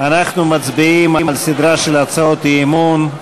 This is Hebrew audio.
אנחנו מצביעים על סדרה של הצעות אי-אמון.